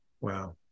Wow